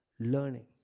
learning